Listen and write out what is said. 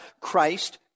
Christ